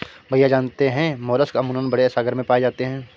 भैया जानते हैं मोलस्क अमूमन बड़े सागर में पाए जाते हैं